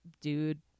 dude